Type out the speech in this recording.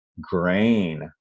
grain